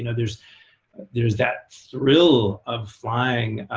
and there's there's that thrill of flying